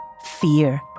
fear